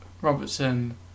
Robertson